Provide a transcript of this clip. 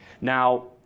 Now